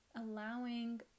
allowing